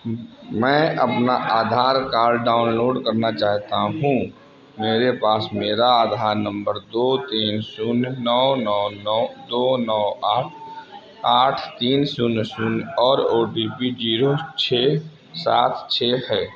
मैं अपना Aadhaar card download करना चाहता हूँ मेरे पास मेरा आधार नंबर दो तीन शून्य नौ नौ नौ दो नौ आठ आठ तीन शून्य शून्य और ओ टी पी जीरो छः सात छः है